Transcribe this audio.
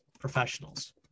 professionals